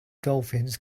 dolphins